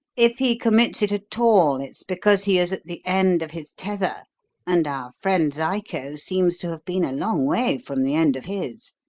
if he commits it at all, it's because he is at the end of his tether and our friend zyco seems to have been a long way from the end of his.